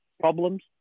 problems